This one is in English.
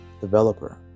developer